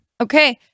Okay